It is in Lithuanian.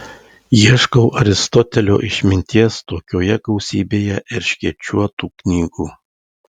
ieškau aristotelio išminties tokioje gausybėje erškėčiuotų knygų